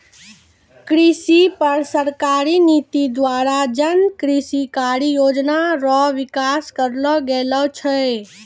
कृषि पर सरकारी नीति द्वारा जन कृषि कारी योजना रो विकास करलो गेलो छै